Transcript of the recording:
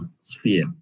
sphere